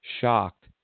shocked